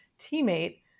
teammate